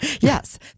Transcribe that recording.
Yes